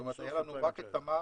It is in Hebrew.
זאת אומרת היה לנו רק את תמר.